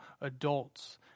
adults